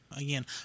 again